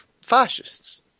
fascists